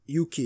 uk